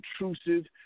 intrusive